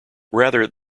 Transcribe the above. rather